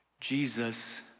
Jesus